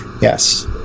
Yes